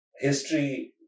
history